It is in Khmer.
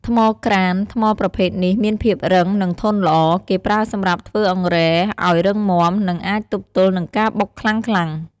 ថ្មក្រានថ្មប្រភេទនេះមានភាពរឹង និងធន់ល្អ គេប្រើសម្រាប់ធ្វើអង្រែឲ្យរឹងមាំ និងអាចទប់ទល់នឹងការបុកខ្លាំងៗ។